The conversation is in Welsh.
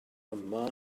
yma